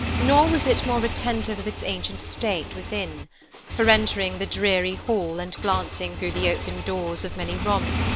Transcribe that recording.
nor was it more retentive of its ancient state, within for entering the dreary hall, and glancing through the open doors of many rooms,